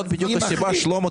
שלמה,